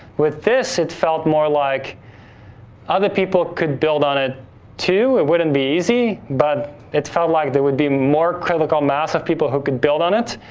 with this, it felt more like other people could build on it too. it wouldn't be easy, but it felt like there would be more critical mass of people who could build on it